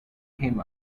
him